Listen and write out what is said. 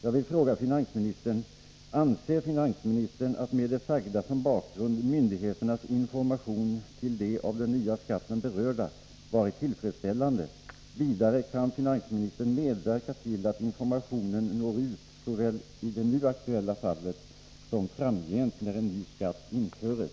Jag vill fråga finansministern: Anser finansministern att, med det sagda som bakgrund, myndigheternas information till de av den nya skatten berörda varit tillfredsställande? Vidare, kan finansministern medverka till att informationen når ut, såväl i det nu aktuella fallet som framgent när en ny skatt införs?